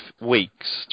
weeks